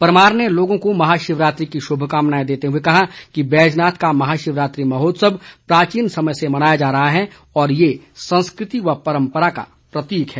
परमार ने लोगों के महाशिवरात्रि की शुभकामनाएं देते हुए कहा कि बैजनाथ का महाशिवरात्रि महोत्सव प्राचीन समय से मनाया जा रहा है और ये संस्कृति व परम्परा का प्रतीक है